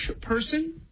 person